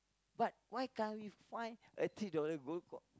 but why can't we find a three dollar gold coin